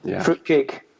fruitcake